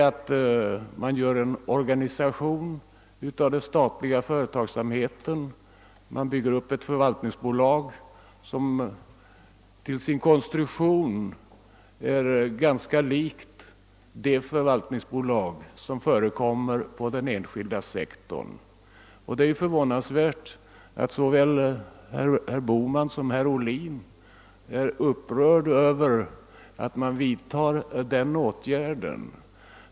Jo, en organisation för den statliga företagsamheten; man vill bygga upp ett förvaltningsbolag som till sin konstruktion är ganska likt de förvaltningsbolag som förekommer på den enskilda sektorn. Det är förvånansvärt att såväl herr Bohman som herr Ohlin är upprörd över en sådan åtgärd.